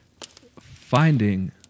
finding